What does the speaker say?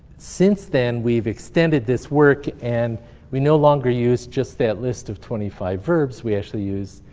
since then, we've extended this work, and we no longer use just that list of twenty five verbs. we actually use